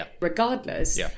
regardless